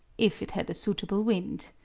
if it had a suitable wind.